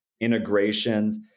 integrations